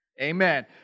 Amen